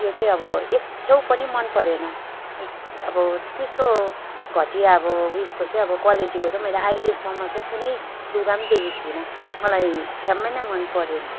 त्यो चाहिँ अब एक छेउ पनि मन परेन अब त्यस्तो घटिया अब उयसको चाहिँ अब क्वालिटीको चाहिँ मैले अहिलेसम्म चाहिँ कुनै लुगा देखेकी थिइनँ मलाई ठ्याम्मै नै मन परेन